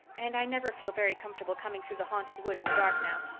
and i never feel very comfortable coming through the haunted wood in the dark now.